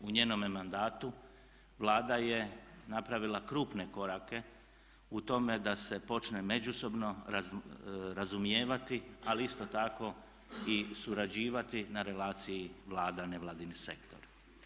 U njenome mandatu Vlada je napravila krupne korake u tome da se počne međusobno razumijevati ali isto tako i surađivati na relaciji Vlada-nevladin sektor.